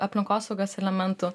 aplinkosaugos elementų